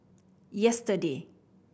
yesterday